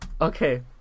Okay